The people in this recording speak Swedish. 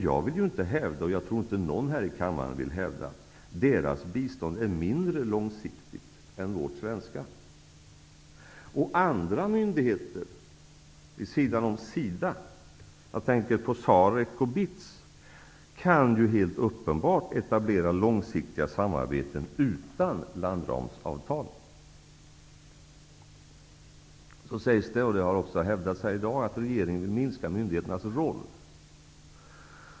Jag vill inte hävda, och det tror jag inte att någon här i kammaren vill, att deras bistånd är mindre långsiktigt än vårt svenska. Andra myndigheter vid sidan om SIDA, jag tänker på SAREC och BITS, kan ju helt uppenbart etablera långsiktiga samarbeten utan landramsavtal. Sedan sägs det, och det har också hävdats här i dag, att regeringen vill minska myndigheternas roll.